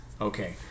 Okay